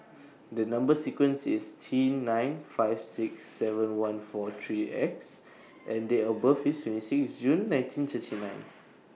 The Number sequence IS T nine five six seven one four three X and Date of birth IS twenty six June nineteen thirty nine